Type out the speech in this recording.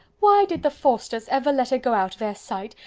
why did the forsters ever let her go out of their sight?